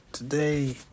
Today